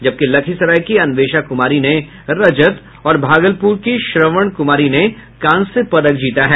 जबकि लखीसराय की अन्वेषा कुमारी ने रजत और भागलपुर की श्रवण कुमारी ने कांस्य पदक जीता है